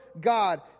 God